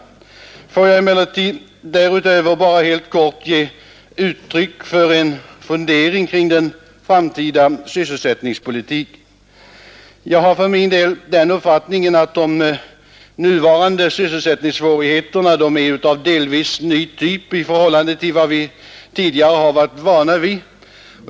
Låt mig emellertid därutöver bara helt kortfattat ge uttryck för en fundering kring den framtida sysselsättningspolitiken. Jag har för min del den uppfattningen att de nuvarande sysselsättningssvårigheterna är av delvis ny typ i förhållande till dem vi tidigare har varit vana vid.